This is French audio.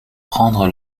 prendre